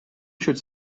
should